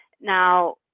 Now